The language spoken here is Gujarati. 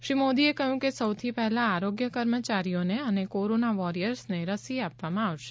શ્રી મોદીએ કહ્યું કે સૌથી પહેલા આરોગ્ય કર્મચારીઓને અને કોરોનાવોરિયર્સને રસી આપવામાં આવશે